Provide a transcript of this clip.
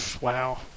Wow